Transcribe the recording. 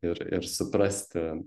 ir ir suprasti